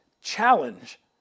challenge